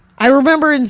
i remember, and